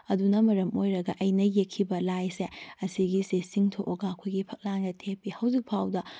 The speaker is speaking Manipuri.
ꯑꯗꯨꯅ ꯃꯔꯝ ꯑꯣꯏꯔꯒ ꯑꯩꯅ ꯌꯦꯛꯈꯤꯕ ꯂꯥꯏ ꯑꯁꯦ ꯑꯁꯤꯒꯤꯁꯤ ꯆꯤꯡꯊꯣꯛꯑꯒ ꯑꯩꯈꯣꯏꯒꯤ ꯐꯛꯂꯥꯡꯗ ꯊꯦꯠꯄꯤ ꯍꯧꯖꯤꯛ ꯐꯥꯎꯕꯗ